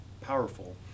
powerful